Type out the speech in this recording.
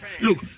look